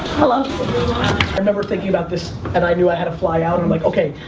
hello. i remember thinking about this, and i knew i had to fly out, i'm like, okay,